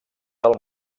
del